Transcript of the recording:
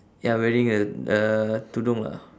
ya wearing a a tudung lah